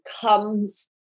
comes